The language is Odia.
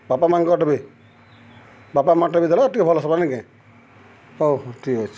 ବାପା ମାଆଙ୍କର୍ ବି ବାପା ମାଆର୍ଟା ବି ଦେଲେ ଆର୍ଟିକେ ଭଲ୍ ଆସ୍ବା ନିକେଁ ହଉ ହଉ ଠିକ୍ ଅଛେ